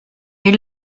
est